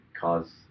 cause